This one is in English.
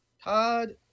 Todd